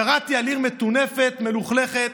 קראתי על עיר מטונפת, מלוכלכת.